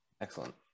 Excellent